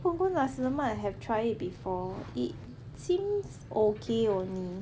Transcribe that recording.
punggol nasi lemak I have tried it before it seems okay only